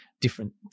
Different